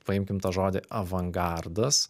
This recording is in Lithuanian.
paimkim tą žodį avangardas